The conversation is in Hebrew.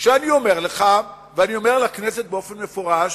שאני אומר לך, ואני אומר לכנסת באופן מפורש: